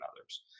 others